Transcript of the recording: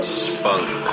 spunk